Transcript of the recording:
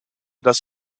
das